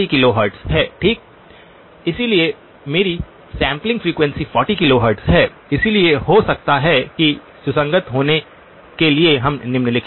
इसलिए मेरी sampling frequency 40 kilohertz है इसलिए हो सकता है कि सुसंगत होने के लिए हम निम्नलिखित करें